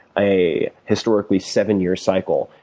a historically seven-year cycle,